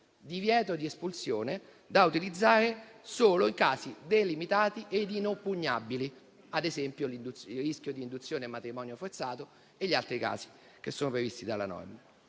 divieto di espulsione da utilizzare solo in casi delimitati e inoppugnabili, ad esempio a fronte del rischio d'induzione al matrimonio forzato e negli altri casi previsti dalla norma.